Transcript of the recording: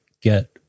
get